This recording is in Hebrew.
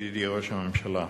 ידידי ראש הממשלה,